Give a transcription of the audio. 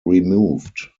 removed